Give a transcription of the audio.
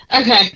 Okay